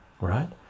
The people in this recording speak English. right